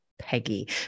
Peggy